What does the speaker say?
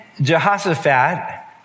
Jehoshaphat